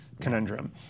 conundrum